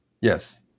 yes